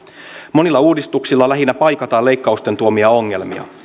monilla uudistuksilla lähinnä paikataan leikkausten tuomia ongelmia